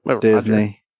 Disney